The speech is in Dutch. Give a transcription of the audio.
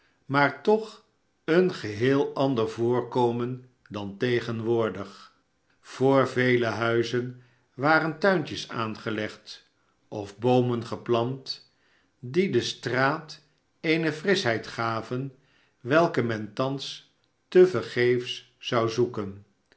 maar toch een geheel ander voorkomen dan tegenwoordig voor veie huizen waren tuintjes aangelegd of boomen geplant die de straat eene frischheid gaven welke men thans tevergeefs zou zoeken